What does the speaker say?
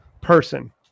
Person